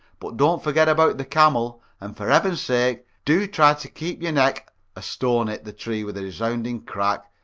but don't forget about the camel, and for heaven's sake do try to keep your neck a stone hit the tree with a resounding crack,